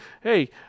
hey